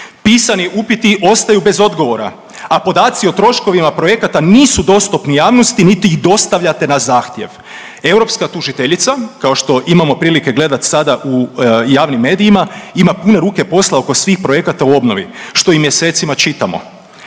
Pisani upiti ostaju bez odgovora, a podaci o troškovima projekata nisu dostupni javnosti niti ih dostavljate na zahtjev. Europska tužiteljica kao što imamo prilike gledati sada u javnim medijima ima pune ruke posla oko svih projekata u obnovi što i mjesecima čitamo.